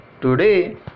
today